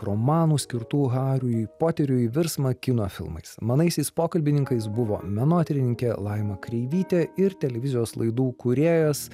romanų skirtų hariui poteriui virsmą kino filmais manaisiais pokalbininkais buvo menotyrininkė laima kreivytė ir televizijos laidų kūrėjas